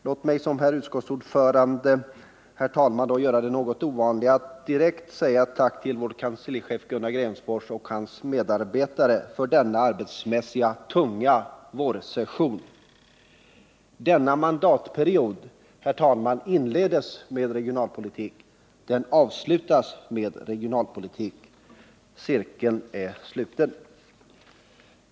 Låt mig som utskottsordförande, herr talman, göra det något ovanliga att jag här direkt riktar ett tack till vår kenslichef Gunnar Grenfors och hans medarbetare för deras insats under denna arbetstyngda vårsession. Denna mandatperiod inleddes med regionalpolitik, och den avslutas med regionalpolitik. Cirkeln är sluten.